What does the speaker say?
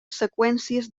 seqüències